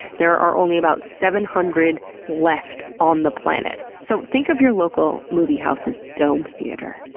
there are only about seven hundred left on the planet. so think of your local movie house's dome theater,